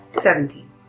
Seventeen